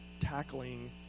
tackling